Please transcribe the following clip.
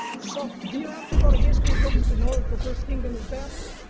so do you have to go to history books to know that the first kingdom is babylon?